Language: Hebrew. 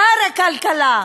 שר הכלכלה,